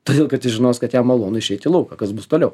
todėl kad jis žinos kad jam malonu išeit į lauką kas bus toliau